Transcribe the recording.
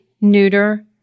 neuter